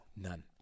none